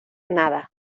nada